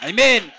Amen